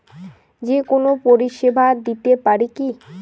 যে কোনো পরিষেবা দিতে পারি কি?